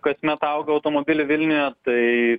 kasmet auga automobilių vilniuje tai